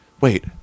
wait